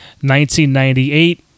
1998